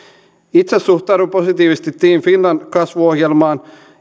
itse suhtaudun positiivisesti team finland kasvuohjelmaan